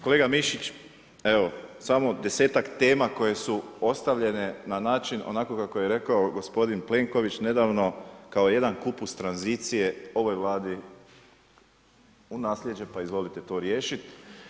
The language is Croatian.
Kolega Mišić evo samo desetak tema koje su ostavljene na način kako je rekao gospodin Plenković nedavno, kao jedan kupus tranzicije ovoj vladi u nasljeđe pa izvolite to riješiti.